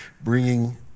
bringing